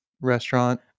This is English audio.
restaurant